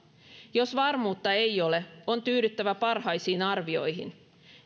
jos varmuutta ei ole on tyydyttävä parhaisiin arvioihin